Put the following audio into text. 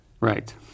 Right